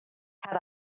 had